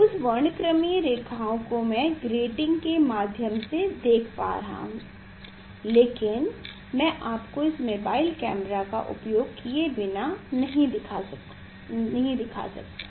उस वर्णक्रमीय रेखाएँ को मैं ग्रेटिंग के माध्यम से देख पा रहा हूँ लेकिन मैं आपको इस मोबाइल कैमरे का उपयोग किए बिना नहीं दिखा सकता